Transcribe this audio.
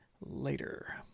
later